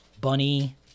Bunny